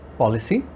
policy